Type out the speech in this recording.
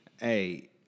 Hey